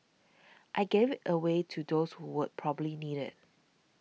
I gave it away to those who will probably need it